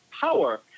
power